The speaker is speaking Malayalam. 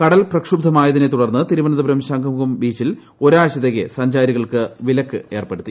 കടൽ പ്രക്ഷ്ബ്ധമായതിനെ തുടർന്ന് തിരുവനന്തപുരം ശംഖുംമുഖം ബീച്ചിൽ ഒരാഴ്ചത്തേക്ക് സഞ്ചാരികൾക്ക് വിലക്ക് ഏർപ്പെടുത്തി